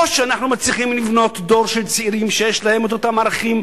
או שאנחנו מצליחים לבנות דור של צעירים שיש להם את אותם ערכים,